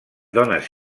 dones